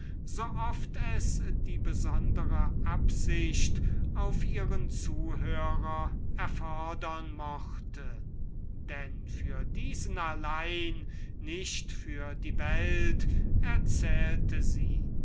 so oft es die besondere absicht auf ihren zuhörer erfodern mochte denn für diesen allein nicht für die welt erzählte sie